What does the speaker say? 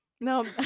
No